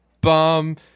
bum